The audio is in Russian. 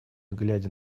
глядя